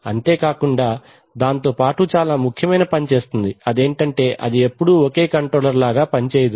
అంతేకాకుండా దాంతోపాటు చాలా ముఖ్యమైన పని చేస్తుంది అదేంటంటే అది ఎప్పుడూ ఒకే కంట్రోలర్ లాగా పనిచేయదు